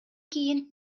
кийин